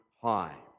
high